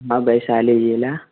हाँ वैशाली जिला